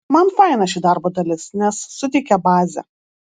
man faina ši darbo dalis nes suteikia bazę